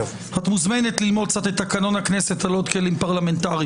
את מוזמנת ללמוד קצת את תקנון הכנסת על עוד כלים פרלמנטריים.